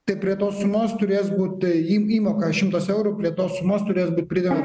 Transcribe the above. tai prie tos sumos turės būt įmoka šimtas eurų prie tos sumos turės būt pridedama dešim eurų